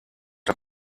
hat